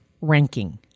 ranking